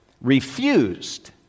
refused